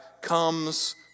comes